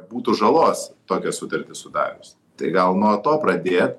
būtų žalos tokią sutartį sudarius tai gal nuo to pradėt